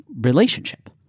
relationship